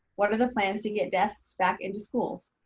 what are the plans to get desks back in to schools?